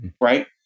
Right